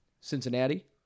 Cincinnati